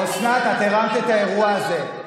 אוסנת, את הרמת את האירוע הזה.